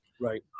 Right